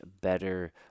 better